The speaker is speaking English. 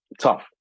tough